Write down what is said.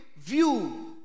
view